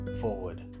forward